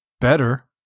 better